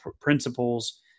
principles